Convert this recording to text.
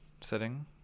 sitting